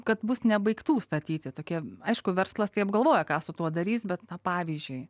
kad bus nebaigtų statyti tokia aišku verslas tai apgalvoja ką su tuo darys bet na pavyzdžiui